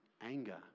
anger